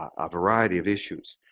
a variety of issues?